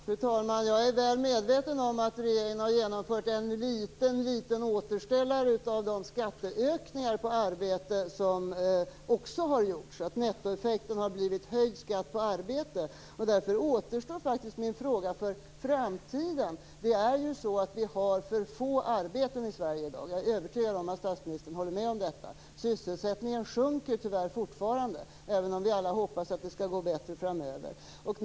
Fru talman! Jag är väl medveten om att regeringen har genomfört en liten, liten återställare av de skatteökningar på arbete som också har genomförts, så att nettoeffekten har blivit höjd skatt på arbete. Därför återstår faktiskt min fråga inför framtiden. Det är ju så att vi har för få arbeten i Sverige i dag, och jag är övertygad om att statsministern håller med om detta. Sysselsättningen sjunker tyvärr fortfarande, även om vi alla hoppas att det skall gå bättre framöver.